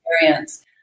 experience